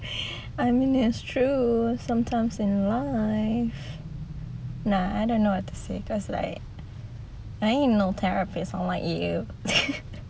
I mean it's true sometimes in life nah I don't know what to say cause like I ain't no therapist unlike you